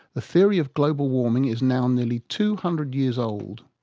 the theory of global warming is now nearly two hundred years old.